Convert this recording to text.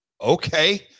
Okay